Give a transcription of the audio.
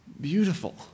beautiful